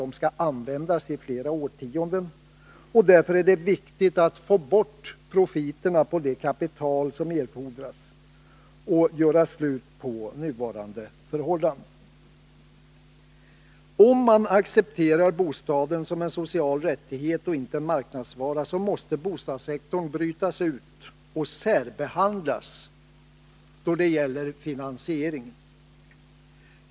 De skall 7 Riksdagens protokoll 1981/82:140-144 användas i flera årtionden. Därför är det viktigt att få bort profiterna på det kapital som erfordras och göra slut på nuvarande förhållanden. Om man accepterar bostaden som en social rättighet och inte en marknadsvara, måste bostadssektorn brytas ut och särbehandlas då det gäller finansieringen.